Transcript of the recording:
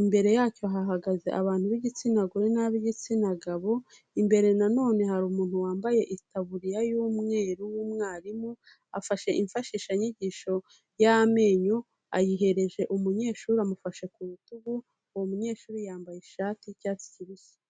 imbere yacyo hahagaze abantu b'igitsina gore n'ab'igitsina gabo, imbere nanone hari umuntu wambaye itaburiya y'umweru w'umwarimu, afashe imfashishanyigisho y'amenyo, ayihereje umunyeshuri amufashe ku rutugu, uwo munyeshuri yambaye ishati y'icyatsi kibisi.